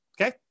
Okay